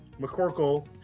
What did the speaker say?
McCorkle